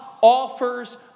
offers